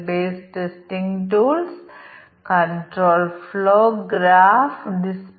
അതിനാൽ ഇവിടെ ഞങ്ങൾ ഇൻപുട്ട് നോക്കുകയും അവയെ കാരണങ്ങൾ എന്നും outputട്ട്പുട്ട് ഇഫക്റ്റ് എന്നും വിളിക്കുന്നു